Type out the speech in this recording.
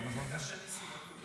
בטח כשניסים ואטורי מגיע.